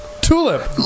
Tulip